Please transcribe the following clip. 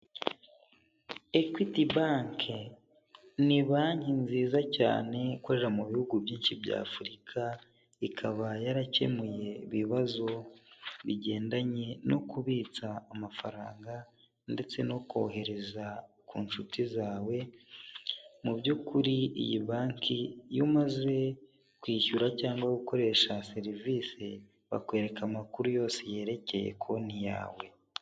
Equity bank, ni banki nziza cyane ikorera mu bihugu byinshi by'Afurika, ikaba yarakemuye ibibazo bigendanye no kubitsa amafaranga ndetse no kohereza ku nshuti zawe, mu by'ukuri iyi banki iyo umaze kwishyura cyangwa gukoresha serivise, bakwereka amakuru yose yerekeye konti yawe.